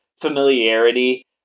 familiarity